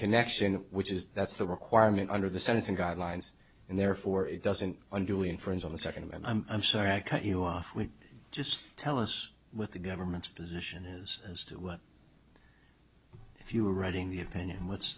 connection which is that's the requirement under the sentencing guidelines and therefore it doesn't unduly infringe on the second and i'm i'm sorry i cut you off we just tell us what the government's position is as to what if you were reading the opinion what's